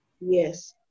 Yes